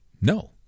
No